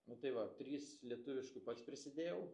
nu tai va trys lietuviškų pats prisidėjau